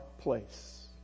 place